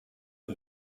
die